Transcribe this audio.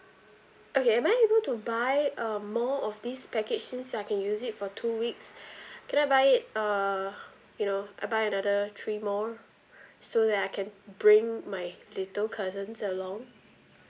okay am I able to buy uh more of this package since I can use it for two weeks can I buy uh you know I buy another three more so that I can bring my little cousins along